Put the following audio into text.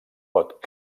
pot